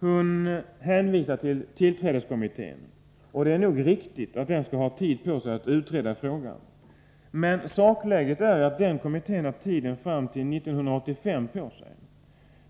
Hon hänvisar till tillträdeskommittén. Visserligen är det riktigt att kommittén skall ha tid på sig att utreda frågan. Men faktum är att den kan arbeta ända fram till 1985.